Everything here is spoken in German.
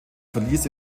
verlies